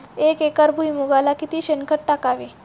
एक एकर भुईमुगाला किती शेणखत टाकावे?